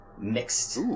mixed